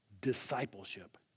discipleship